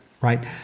right